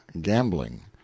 gambling